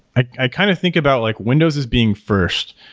i kind of think about like windows is being first.